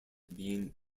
being